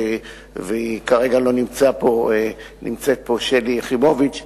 היא כרגע לא נמצאת פה שלי יחימוביץ,